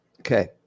Okay